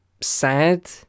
sad